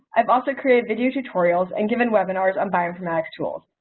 i've also created video tutorials, and given webinars on bioinformatics tools.